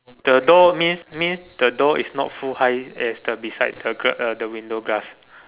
the door means means the door is not full high as the beside the girl uh the window glass